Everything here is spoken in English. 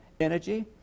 energy